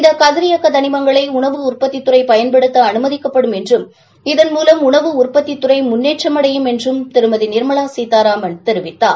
இந்த கதிரியக்க தனிமங்களை உணவு உற்பத்தித் துறை பயன்படுத்த அனுமதிக்கப்படும் என்றும் இதன் மூவம் உணவு உற்பத்தித்துறை முன்னேற்றமடையும் என்றும் திருமதி நிர்மலா சீதாராமன் தெரிவித்தார்